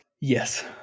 Yes